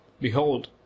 behold